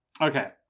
Okay